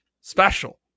special